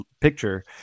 picture